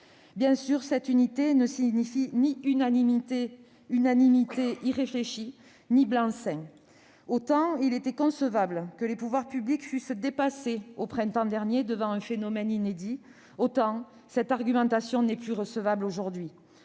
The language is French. Bien sûr, cette unité ne signifie ni unanimité irréfléchie ni blanc-seing. Autant il était concevable que les pouvoirs publics fussent dépassés au printemps dernier devant un phénomène inédit, autant cette argumentation n'est plus recevable aujourd'hui.